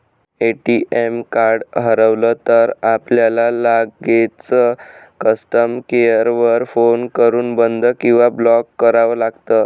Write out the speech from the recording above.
ATM card हरवलं तर, आपल्याला लगेचच कस्टमर केअर वर फोन करून बंद किंवा ब्लॉक करावं लागतं